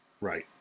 Right